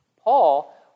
Paul